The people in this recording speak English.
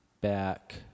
back